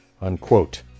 unquote